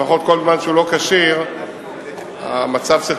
לפחות כל זמן שהוא לא כשיר המצב צריך